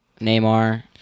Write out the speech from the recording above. Neymar